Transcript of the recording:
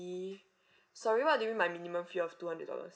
sorry what do you mean by minimum fee of two hundred dollars